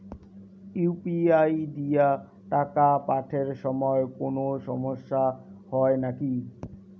UPI দিয়া টাকা পাঠের সময় কোনো সমস্যা হয় নাকি?